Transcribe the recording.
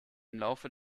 laufe